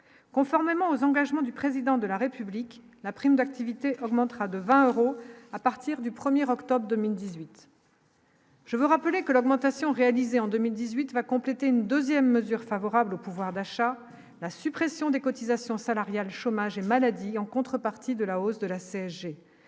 conformément aux engagements du président de la République, la prime d'activité augmentera de 20 euros à partir du 1er octobre 2018. Je veux rappeler que l'augmentation, réalisé en 2018 va compléter une 2ème mesure favorable au pouvoir d'achat, la suppression des cotisations salariales, chômage et maladie en contrepartie de la hausse de la CSG,